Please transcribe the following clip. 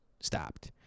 stopped